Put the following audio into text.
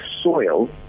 soil